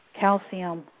Calcium